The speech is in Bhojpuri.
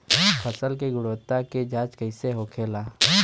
फसल की गुणवत्ता की जांच कैसे होखेला?